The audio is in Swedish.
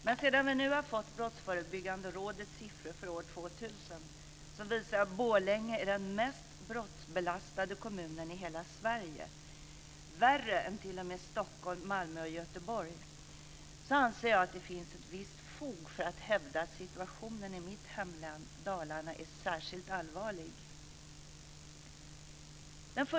Men sedan vi nu har fått Brottsförebyggande rådets siffror för år 2000, som visar att Borlänge är den mest brottsbelastade kommunen i hela Sverige - värre än t.o.m. Stockholm, Malmö och Göteborg - anser jag att det finns ett visst fog för att hävda att situationen i mitt hemlän Dalarna är särskilt allvarlig.